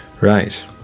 Right